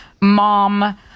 mom